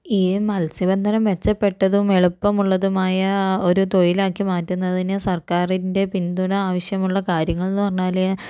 ഈ മത്സ്യബന്ധനം മെച്ചപ്പെട്ടതും ഏളുപ്പമുള്ളതുമായ ഒരു തൊഴിലാക്കി മാറ്റുന്നതിന് സര്ക്കാറിന്റെ പിന്തുണ ആവശ്യമുള്ള കാര്യങ്ങള് എന്നു പറഞ്ഞാൽ